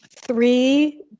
three